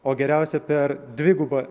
o geriausia per dvigubą